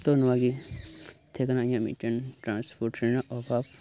ᱛᱚ ᱱᱚᱶᱟ ᱜᱮ ᱛᱟᱦᱮᱸ ᱠᱟᱱᱟ ᱴᱨᱟᱱᱥᱯᱳᱴ ᱨᱮᱱᱟᱜ ᱚᱵᱷᱟᱵᱽ